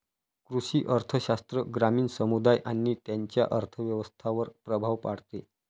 कृषी अर्थशास्त्र ग्रामीण समुदाय आणि त्यांच्या अर्थव्यवस्थांवर प्रभाव पाडते